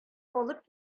алып